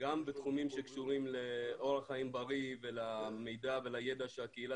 גם בתחומים שקשורים לאורח חיים בריא ולידע ולמידע שהקהילה